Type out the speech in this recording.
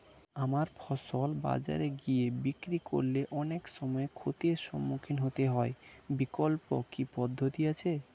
আমার ফসল বাজারে গিয়ে বিক্রি করলে অনেক সময় ক্ষতির সম্মুখীন হতে হয় বিকল্প কি পদ্ধতি আছে?